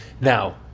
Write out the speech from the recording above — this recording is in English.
Now